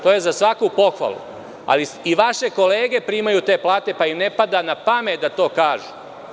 To je za svaku pohvalu, ali i vaše kolege primaju te plate, pa im ne pada na pamet da to kažu.